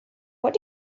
what